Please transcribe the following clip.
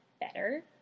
better